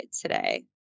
today